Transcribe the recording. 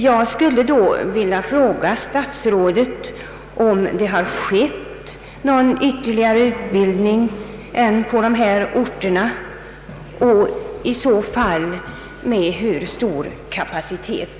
Jag vill därför fråga statsrådet om det har skett någon ytterligare utbildning på andra orter än dessa tre uppräknade och i så fall med hur stor kapacitet.